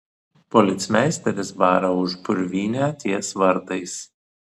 policmeisteris bara už purvynę ties vartais